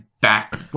back